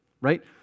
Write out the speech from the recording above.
right